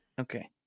Okay